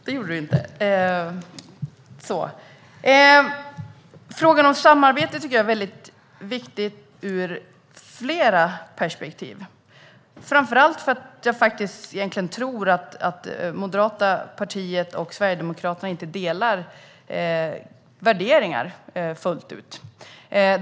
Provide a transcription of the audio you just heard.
Fru talman! Frågan om samarbete tycker jag är väldigt viktig ur flera perspektiv, framför allt för att jag tror att det moderata partiet och Sverigedemokraterna egentligen inte delar värderingar fullt ut.